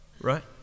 right